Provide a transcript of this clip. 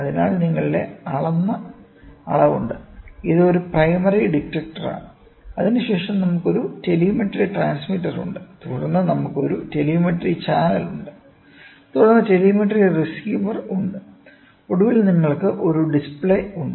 അതിനാൽ നിങ്ങളുടെ അളന്ന അളവ് ഉണ്ട് ഇത് ഒരു പ്രൈമറി ഡിറ്റക്ടറാണ് അതിനുശേഷം നമുക്ക് ഒരു ടെലിമെട്രി ട്രാൻസ്മിറ്റർ ഉണ്ട് തുടർന്ന് നമുക്ക് ഒരു ടെലിമെട്രി ചാനൽ ഉണ്ട് തുടർന്ന് ടെലിമെട്രി റിസീവർ ഉണ്ട് ഒടുവിൽ നിങ്ങൾക്ക് ഒരു ഡിസ്പ്ലേ ഉണ്ട്